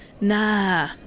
Nah